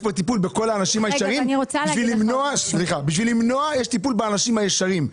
כדי למנוע יש כאן טיפול בכל האנשים הישרים.